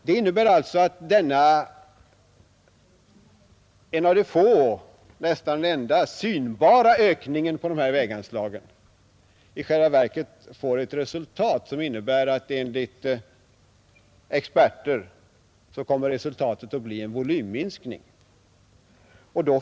Det innebär alltså att den nästan enda synbara ökningen på det här väganslaget i själva verket — enligt experter — får till resultat en volymminskning.